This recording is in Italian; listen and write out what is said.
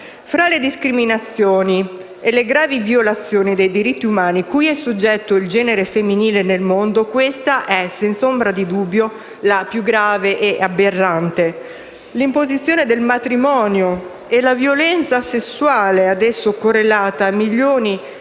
Fra le discriminazioni e le gravi violazioni dei diritti umani, cui è soggetto il genere femminile nel mondo, questa è senza ombra di dubbio la più grave e aberrante. L'imposizione del matrimonio, e la violenza sessuale ad esso correlata, a milioni di